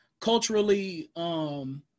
culturally